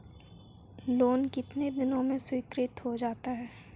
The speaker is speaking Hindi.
लोंन कितने दिन में स्वीकृत हो जाता है?